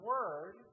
Word